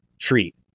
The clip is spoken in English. treat